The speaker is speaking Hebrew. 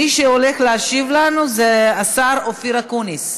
מי שהולך להשיב לנו זה השר אופיר אקוניס.